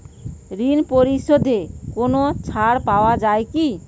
ঋণ পরিশধে কোনো ছাড় পাওয়া যায় কি?